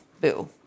Boo